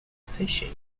fishing